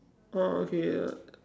orh okay uh